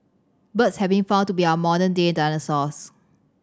birds have been found to be our modern day dinosaurs